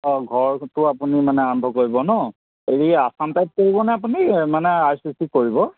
অঁ ঘৰটো আপুনি মানে আৰম্ভ কৰিব হেৰি আছাম টাইপ কৰিব নে আপুনি মানে আৰ চি চি কৰিব